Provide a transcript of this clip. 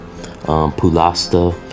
Pulasta